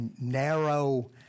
narrow